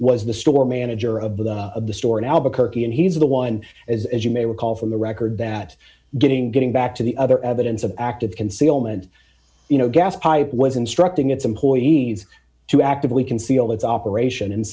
was the store manager of the store in albuquerque and he's the one as you may recall from the record that getting getting back to the other evidence of active concealment you know gas pipe was instructing its employees to actively conceal its operation and